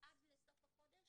לסוף החודש